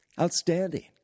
Outstanding